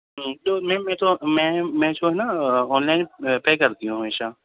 ہوں تو میم میں تو میں میں جو ہے نا آن لائن پے کرتی ہوں ہمیشہ